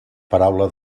paraula